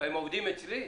הם עובדים אצלי?